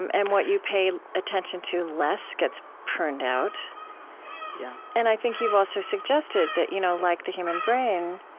um and what you pay attention to less gets pruned out yeah and i think you've also suggested that, you know like the human brain,